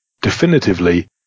definitively